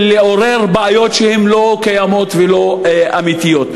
לעורר בעיות לא קיימות ולא אמיתיות.